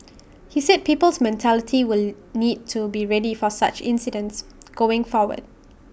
he said people's mentality will need to be ready for such incidents going forward